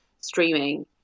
streaming